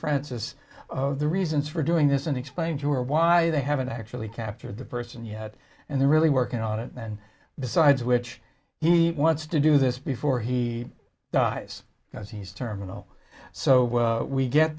francis of the reasons for doing this and explain to her why they haven't actually captured the person yet and they're really working on it and besides which he wants to do this before he dies because he's terminal so we get